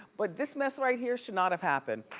but this mess right here should not have happened.